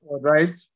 right